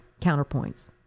counterpoints